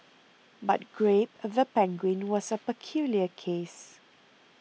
but Grape the penguin was a peculiar case